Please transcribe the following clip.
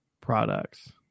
Products